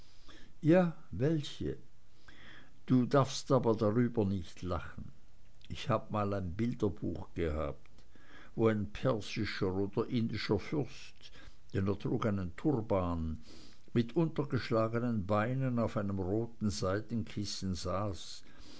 ja welche du darfst aber nicht drüber lachen ich habe mal ein bilderbuch gehabt wo ein persischer oder indischer fürst denn er trug einen turban mit untergeschlagenen beinen auf einem roten seidenkissen saß